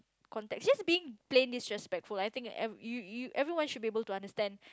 context just being plain disrespectful lah I think ev~ you you everyone should be able to understand